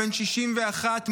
בן 61,